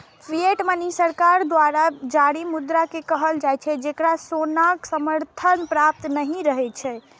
fiat money सरकार द्वारा जारी मुद्रा कें कहल जाइ छै, जेकरा सोनाक समर्थन प्राप्त नहि रहै छै